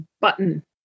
button